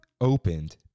opened